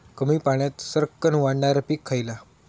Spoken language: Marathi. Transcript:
कमी पाण्यात सरक्कन वाढणारा पीक खयला?